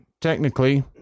technically